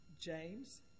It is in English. James